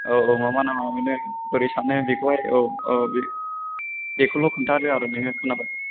औ औ मा मा ना हमैनो बोरै सारनो बेखौहाय औ औ बे बेखौल' खोनथादो आरो नोङो खोनाबाय